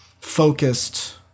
focused